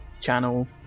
channel